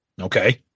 Okay